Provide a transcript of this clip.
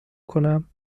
کنم